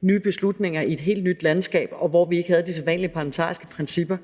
nye beslutninger i et helt nyt landskab, og hvor vi ikke havde de sædvanlige parlamentariske principper,